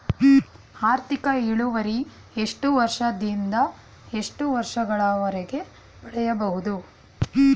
ಆರ್ಥಿಕ ಇಳುವರಿ ಎಷ್ಟು ವರ್ಷ ದಿಂದ ಎಷ್ಟು ವರ್ಷ ಗಳವರೆಗೆ ಪಡೆಯಬಹುದು?